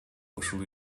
ушул